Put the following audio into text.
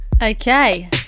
Okay